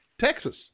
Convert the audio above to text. Texas